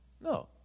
No